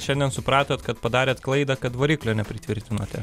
šiandien supratot kad padarėt klaidą kad variklio nepritvirtinote